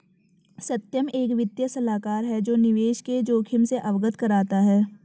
सत्यम एक वित्तीय सलाहकार है जो निवेश के जोखिम से अवगत कराता है